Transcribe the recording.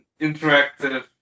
Interactive